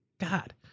God